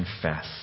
confess